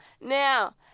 Now